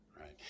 right